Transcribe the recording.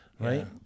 Right